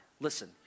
listen